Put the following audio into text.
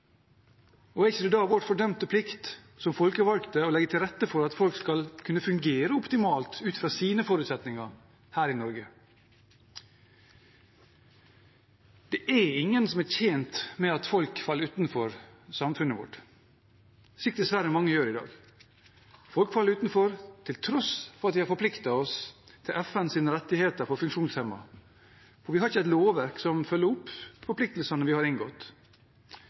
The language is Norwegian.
ikke da vår fordømte plikt som folkevalgte å legge til rette for at folk skal kunne fungere optimalt ut fra sine forutsetninger her i Norge? Det er ingen som er tjent med at folk faller utenfor samfunnet vårt, slik dessverre mange gjør i dag. Folk faller utenfor til tross for at vi har forpliktet oss til FNs rettigheter for funksjonshemmede, og vi har ikke et lovverk som følger opp forpliktelsene vi har inngått.